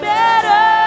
better